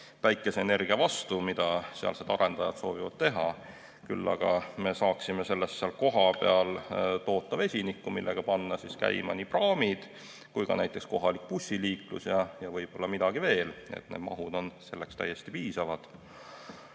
päikeseenergia, mida sealsed arendajad soovivad [toota]. Küll aga me saaksime sellest seal kohapeal toota vesinikku, millega panna käima nii praamid kui ka näiteks kohaliku bussiliikluse ja võib-olla midagi veel. Need mahud on selleks täiesti piisavad.